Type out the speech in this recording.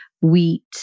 wheat